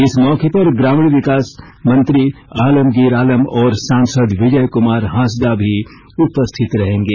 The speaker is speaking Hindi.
इस मौके पर ग्रामीण विकास मंत्री आलमगीर आलम और सासंद विजय कुमार हांसदा भी उपस्थित रहेंगे